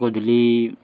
গধূলি